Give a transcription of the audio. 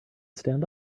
stand